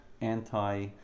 anti